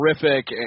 terrific